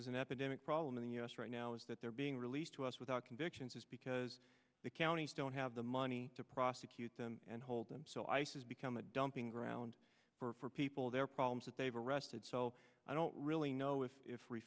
is an epidemic problem in the u s right now is that they're being released to us without convictions is because the counties don't have the money to prosecute them and hold them so ice has become a dumping ground for people their problems that they've arrested so i don't really know if